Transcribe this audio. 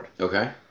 Okay